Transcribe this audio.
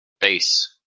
Base